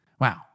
Wow